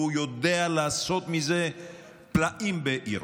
והוא יודע לעשות מזה פלאים בעירו.